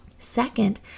Second